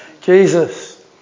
Jesus